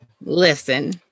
Listen